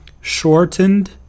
shortened